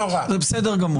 זה בסדר גמור.